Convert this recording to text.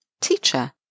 Teacher